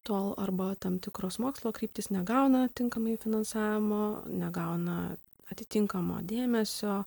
tol arba tam tikros mokslo kryptys negauna tinkamai finansavimo negauna atitinkamo dėmesio